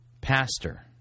pastor